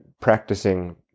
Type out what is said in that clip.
practicing